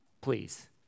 please